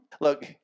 Look